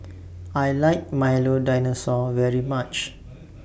I like Milo Dinosaur very much